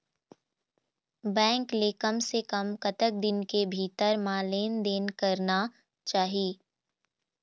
Bank ले कम से कम कतक दिन के भीतर मा लेन देन करना चाही?